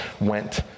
went